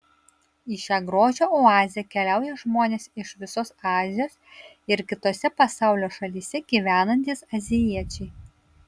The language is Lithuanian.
į šią grožio oazę keliauja žmonės iš visos azijos ir kitose pasaulio šalyse gyvenantys azijiečiai